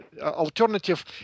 alternative